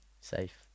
Safe